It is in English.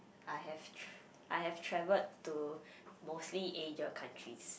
I have tr~ I have travelled to mostly Asia countries